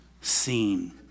seen